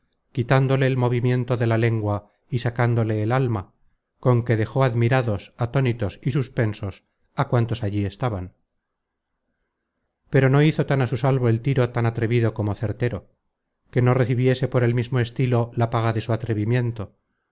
quitándole el movimiento de la lengua y sacándole el alma con que dejó admirados atónitos y suspensos á cuantos allí estaban pero no hizo tan á su salvo el tiro tan atrevido como certero que no recibiese por el mismo estilo la paga de su atrevimiento